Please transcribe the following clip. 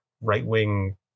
right-wing